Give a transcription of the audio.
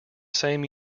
same